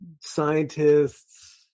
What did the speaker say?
scientists